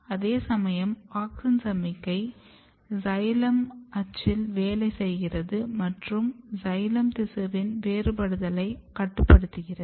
அதேசமயம் ஆக்ஸின் சமிக்ஞை சைலம் அச்சில் வேலை செய்கிறது மற்றும் சைலம் திசுவின் வேறுபடுதலையும் கட்டுப்படுத்துகிறது